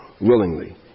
willingly